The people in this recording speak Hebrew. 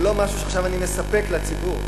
זה לא משהו שעכשיו אני מספק לציבור,